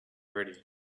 ready